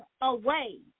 away